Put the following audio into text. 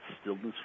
stillness